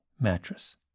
mattress